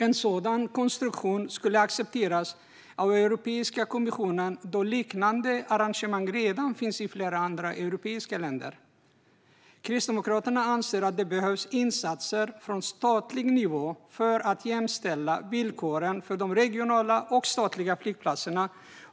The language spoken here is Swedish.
En sådan konstruktion skulle accepteras av Europeiska kommissionen, då liknande arrangemang redan finns i flera andra europeiska länder. Kristdemokraterna anser att det behövs insatser på statlig nivå för att jämställa villkoren för de regionala flygplatserna och för de statliga flygplatserna.